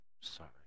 sorry